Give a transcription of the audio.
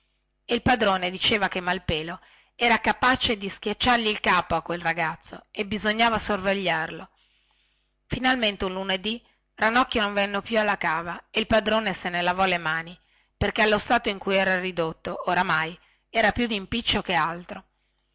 il padrone diceva che malpelo era capace di schiacciargli il capo a quel ragazzo e bisognava sorvegliarlo finalmente un lunedì ranocchio non venne più alla cava e il padrone se ne lavò le mani perchè allo stato in cui era ridotto oramai era più di impiccio che daltro